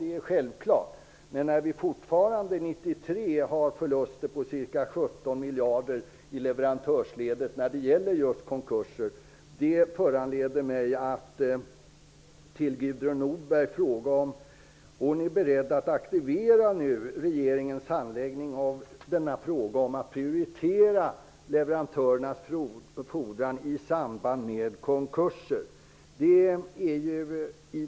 Men 1993 hade vi fortfarande förluster på ca 17 miljarder i leverantörsledet när det gäller just konkurser. Det föranleder mig att fråga Gudrun Norberg om hon är beredd att aktivera regeringens handläggning av denna fråga och att prioritera leverantörernas fordran i samband med konkurser.